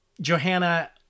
Johanna